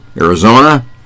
arizona